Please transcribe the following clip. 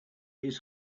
his